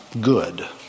good